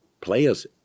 players